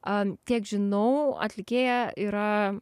kiek žinau atlikėja yra